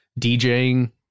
DJing